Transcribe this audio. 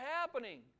happening